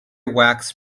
wax